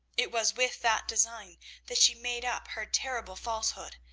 it was with that design that she made up her terrible falsehood,